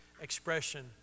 expression